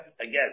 Again